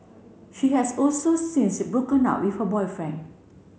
she has also since broken up with her boyfriend